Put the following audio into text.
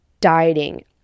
dieting